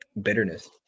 bitterness